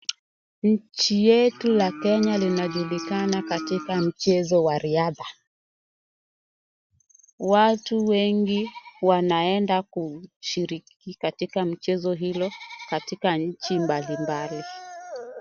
Nchi letu la Kenya linajuikana katika mchezo wa riadha. Watu wengi wanaenda kushiriki katika mchezo hilo katika nchi mbali mbali.